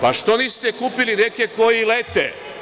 Pa, što niste kupili neke koji lete?